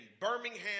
Birmingham